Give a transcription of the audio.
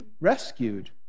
rescued